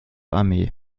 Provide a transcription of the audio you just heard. armee